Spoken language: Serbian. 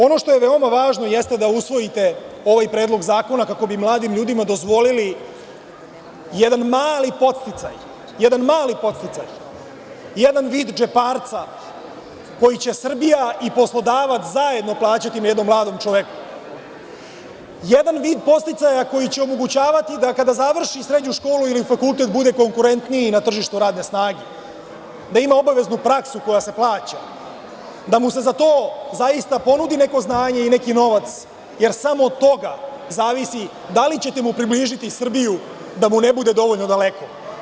Ono što je veoma važno jeste da usvojite ovaj predlog zakona kako bi mladim ljudima dozvolili jedan mali podsticaj, jedan vid džeparca koji će Srbija i poslodavac zajedno plaćati jednom mladom čoveku, jedan vid podsticaja koji će omogućavati da kada završi srednju školu ili fakultet bude konkurentniji na tržištu radne snage, da ima obaveznu praksu koja se plaća, da mu se za to zaista ponudi neko znanje i neki novac, jer samo od toga zavisi da li ćete mu približiti Srbiju da mu ne bude dovoljno daleko.